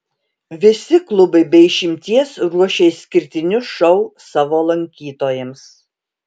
visi klubai be išimties ruošia išskirtinius šou savo lankytojams